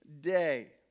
day